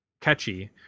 catchy